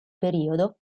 periodo